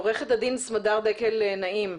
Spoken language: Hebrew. עורכת הדין סמדר דקל נעים,